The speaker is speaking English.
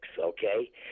okay